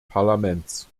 parlaments